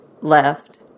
left